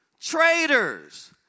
traitors